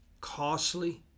costly